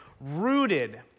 Rooted